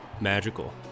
magical